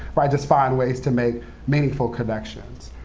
just find ways to make meaningful connections.